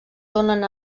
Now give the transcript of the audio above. donen